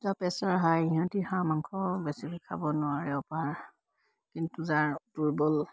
যাৰ pressure high সিহঁতি হাঁহ মাংস বেছিকৈ খাব নোৱাৰে অপাৰ কিন্তু যাৰ দুৰ্বল